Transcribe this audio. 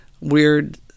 weird